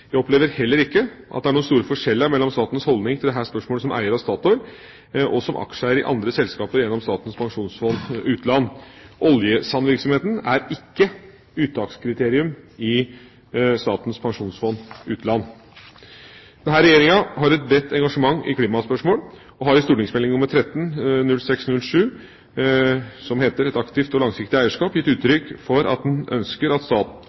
Jeg opplever heller ikke at det er noen store forskjeller mellom statens holdning til dette spørsmålet som eier av Statoil og som aksjeeier i andre selskaper gjennom Statens Pensjonsfond – Utland. Oljesandvirksomheten er ikke uttakskriterium i Statens Pensjonsfond – Utland. Denne regjeringa har et bredt engasjement i klimaspørsmål og har i St.meld. nr. 13 for 2006–2007, Et aktivt og langsiktig eierskap, gitt uttrykk for at den ønsker at